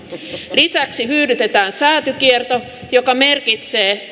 lisäksi hyydytetään säätykierto joka merkitsee